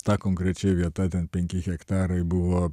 tą konkrečia vieta dar penki hektarai buvo